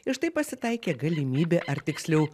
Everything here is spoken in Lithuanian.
ir štai pasitaikė galimybė ar tiksliau